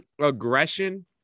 aggression